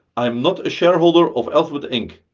i am not a shareholder of alphabet inc.